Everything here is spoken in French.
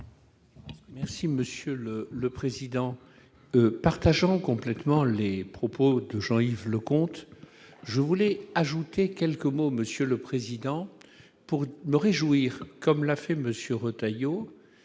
Monsieur le le président partageons complètement les propos de Jean-Yves Leconte je voulais ajouter quelques mots monsieur le président, pour le réjouir, comme l'a fait monsieur Retailleau